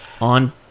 on